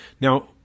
Now